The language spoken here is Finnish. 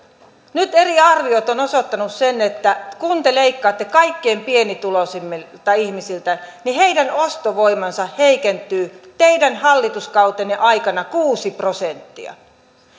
nyt eri arviot ovat osoittaneet sen että kun te leikkaatte kaikkein pienituloisimmilta ihmisiltä niin heidän ostovoimansa heikentyy teidän hallituskautenne aikana kuusi prosenttia